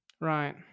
Right